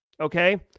Okay